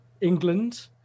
england